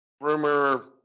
rumor